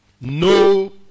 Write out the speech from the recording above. no